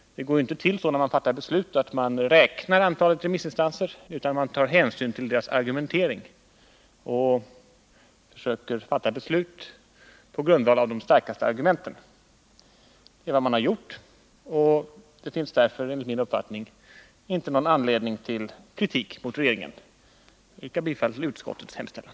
När man fattar beslut går det inte till så att man räknar antalet remissinstanser, utan man tar hänsyn till deras argumentering och försöker fatta beslut på grundval av de starkaste argumenten. Så har regeringen gjort i detta fall, och det finns därför enligt min uppfattning inte någon anledning till kritik mot regeringen. Herr talman! Jag yrkar bifall till utskottets hemställan.